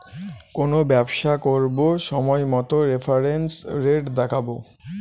কোনো ব্যবসা করবো সময় মতো রেফারেন্স রেট দেখাবো